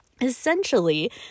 essentially